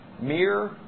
Mere